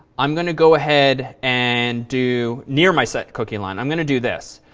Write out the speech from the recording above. i'm going to go ahead and do near my setcookie line, i'm going to do this,